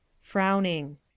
Frowning